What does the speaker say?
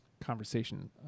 conversation